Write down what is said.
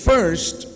First